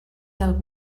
del